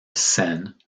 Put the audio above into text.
sen